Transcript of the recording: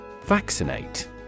Vaccinate